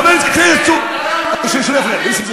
חבר הכנסת צור, שלא יפריע לי נסים זאב.